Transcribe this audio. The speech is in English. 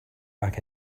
back